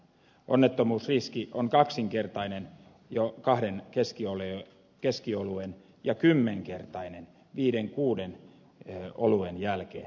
onnettomuusriski on kaksinkertainen jo kahden keskioluen ja kymmenkertainen viiden kuuden oluen jälkeen